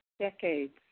Decades